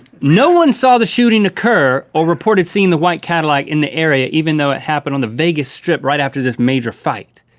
no one saw the shooting occur. or reported seeing the white cadillac in the area, even though it happened on the vegas strip right after this major fight.